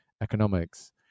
economics